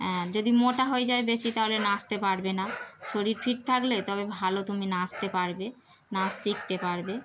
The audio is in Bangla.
হ্যাঁ যদি মোটা হয়ে যায় বেশি তাহলে নাচতে পারবে না শরীর ফিট থাকলে তবে ভালো তুমি নাচতে পারবে নাচ শিখতে পারবে